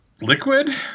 liquid